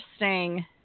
interesting